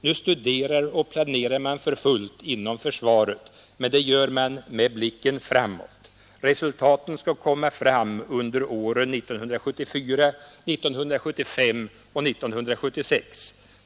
Nu studerar och planerar man för fullt inom försvaret, men det gör man med blicken framåt. Resultaten skall komma fram under åren 1974, 1975 och 1976.